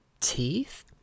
teeth